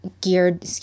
geared